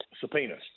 subpoenas